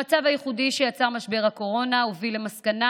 המצב הייחודי שיצר משבר הקורונה הוביל למסקנה